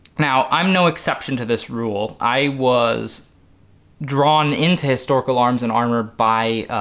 now i'm no exception to this rule. i was drawn into historical arms and armor by,